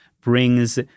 brings